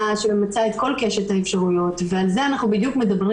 שממצה את כל קשת האפשרויות ועל זה בדיוק אנחנו מדברים.